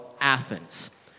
Athens